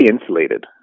insulated